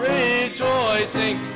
rejoicing